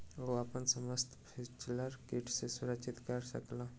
ओ अपन समस्त फसिलक कीट सॅ सुरक्षित कय सकला